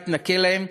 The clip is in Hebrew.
התנכל להם.